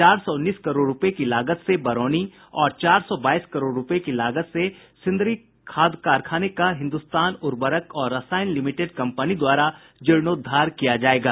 चार सौ उन्नीस करोड़ रूपये की लागत से बरौनी और चार सौ बाईस करोड़ रूपये की लागत से सिंदरी खाद कारखाने का हिन्द्रस्तान उर्वरक और रसायन लिमिटेड कंपनी द्वारा जीर्णोद्वार किया जायेगा